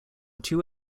two